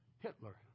Hitler